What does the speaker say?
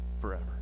forever